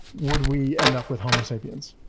would we end up with homo sapiens?